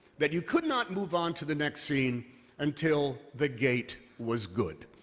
that you could not move on to the next scene until the gate was good.